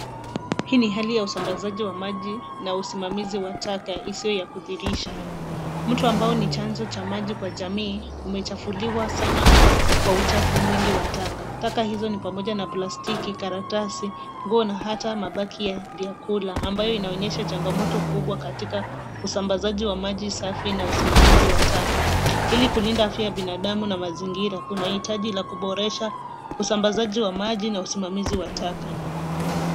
Hii ni hali ya usambazaji wa maji na usimamizi wa taka isioya kudhiirisha. Mto ambao ni cnanzo cha maji kwa jamii umechafulia sana kwa uchafu mwingi wa taka. Taka hizo ni pamoja na plastiki, karatasi ,nguo na hata mabaki ya vyakula ambayo inaonyesha changamoto kubwa katika usambazaji wa maji safi na usimamizi wa taka. Hili kulinda afya ya binadamu na mazingira kuna hitaji la kuboresha usambazaji wa maji na usimamizi wa taka.